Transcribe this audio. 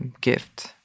gift